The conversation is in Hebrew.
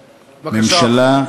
ממשלה,